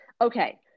Okay